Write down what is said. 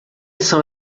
são